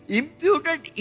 imputed